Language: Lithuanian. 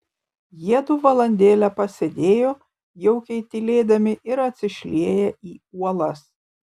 jiedu valandėlę pasėdėjo jaukiai tylėdami ir atsišlieję į uolas